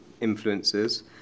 influences